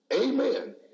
Amen